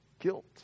guilt